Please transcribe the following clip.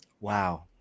wow